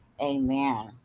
amen